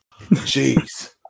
Jeez